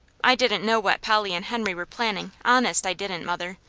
i didn't know what polly and henry were planning honest, i didn't, mother.